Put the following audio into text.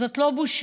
זאת לא בושה.